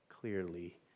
clearly